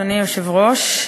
אדוני היושב-ראש,